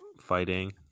fighting